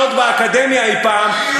ללמוד באקדמיה אי-פעם,